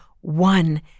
one